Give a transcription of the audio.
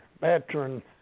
veteran